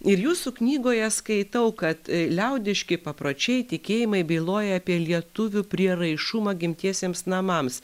ir jūsų knygoje skaitau kad liaudiški papročiai tikėjimai byloja apie lietuvių prieraišumą gimtiesiems namams